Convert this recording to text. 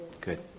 Good